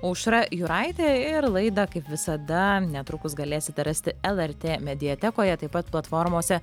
aušra juraitė ir laidą kaip visada netrukus galėsite rasti lrt mediatekoje taip pat platformose